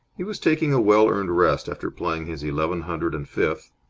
he was taking a well-earned rest after playing his eleven hundred and fifth,